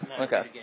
Okay